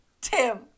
Tim